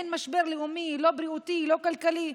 אין משבר לאומי, לא בריאותי, לא כלכלי.